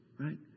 Right